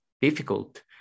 difficult